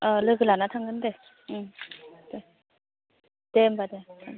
ओ लोगो लाना थांगोन दे ओं दे दे होमबा दे